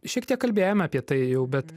šiek tiek kalbėjome apie tai jau bet